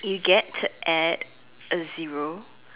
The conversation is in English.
you get at a zero